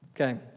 Okay